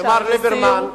למר ליברמן,